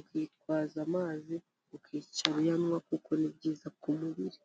ukitwaza amazi, ukicara uyanywa kuko ni byiza ku mubiri.